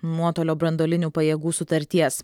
nuotolio branduolinių pajėgų sutarties